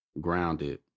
grounded